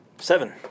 Seven